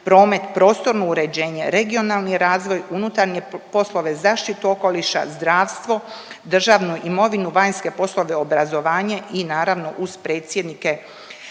promet, prostorno uređenje, regionalni razvoj, unutarnje poslove, zaštitu okoliša, zdravstvo, državnu imovinu, vanjske poslove, obrazovanje i naravno, uz predsjednike